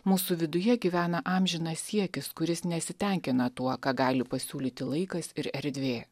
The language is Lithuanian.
mūsų viduje gyvena amžinas siekis kuris nesitenkina tuo ką gali pasiūlyti laikas ir erdvė